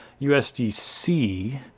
USDC